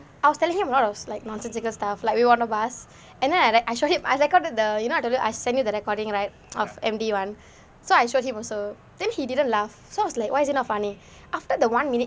I was telling him a lot of like nonsensical stuff like we want of us and then I I show him I recorded the you know I told you I send you the recording right of M_D [one] so I showed him also then he didn't laugh so I was like why is it not funny after the one minute